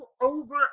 over